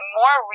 more